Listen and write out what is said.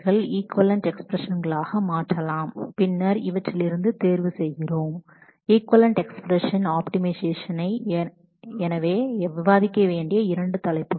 நாம் இந்த ஈக்விவலெண்ஸ் எக்ஸ்பிரஷனில் இருந்து ஆப்டிமைசேஷனுக்கு தேவை ஆனதை தேர்வு செய்கிறோம் எனவே இவை விவாதிக்க வேண்டிய இரண்டு தலைப்புகள்